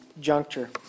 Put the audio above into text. juncture